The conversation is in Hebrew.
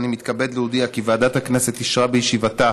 אני מתכבד להודיע כי ועדת הכנסת אישרה בישיבתה